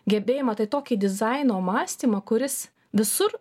gebėjimą tai tokį dizaino mąstymą kuris visur